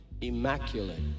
immaculate